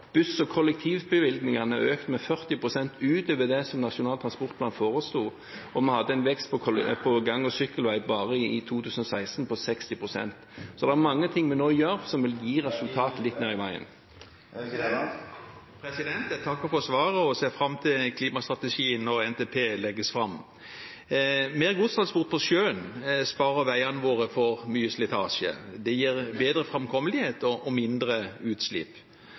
Buss- og kollektivbevilgningene er økt med 40 pst. utover det som Nasjonal transportplan foreslo, og vi hadde en vekst på gang- og sykkelveier bare i 2016 på 60 pst. Så det er mange ting vi nå gjør som vil gi … Taletiden er omme. Jeg takker for svaret, og ser fram til klimastrategien når NTP-en legges fram. Mer godstransport på sjøen sparer veiene våre for mye slitasje. Det gir bedre framkommelighet og mindre utslipp.